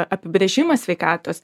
apibrėžimą sveikatos